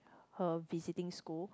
her visiting school